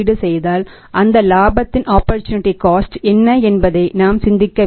ஆனால் இரண்டு school of thought என்ன என்பதை நாம் சிந்திக்க வேண்டும்